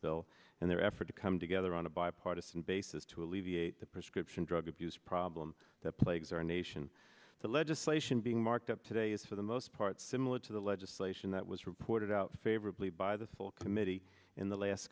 bill and their effort to come together on a bipartisan basis to alleviate the prescription drug abuse problem that plagues our nation the legislation being marked up today is for the most part similar to the legislation that was reported out favorably by the full committee in the last